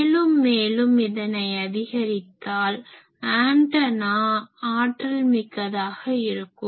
மேலும் மேலும் இதனை அதிகரித்தால் ஆன்டனா ஆற்றல்மிக்கதாக இருக்கும்